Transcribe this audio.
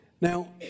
now